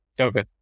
Okay